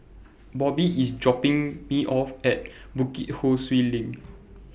Bobbie IS dropping Me off At Bukit Ho Swee LINK